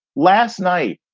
last night,